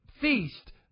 feast